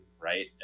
right